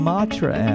Matra